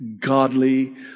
godly